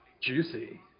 Juicy